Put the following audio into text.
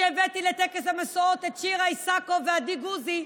שהבאתי לטקס המשואות את שירה איסקוב ועדי גוזי,